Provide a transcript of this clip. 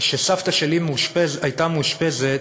שכשסבתא שלי, זיכרונה לברכה, הייתה מאושפזת,